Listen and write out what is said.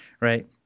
Right